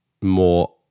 more